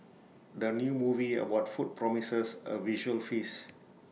the new movie about food promises A visual feast